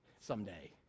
someday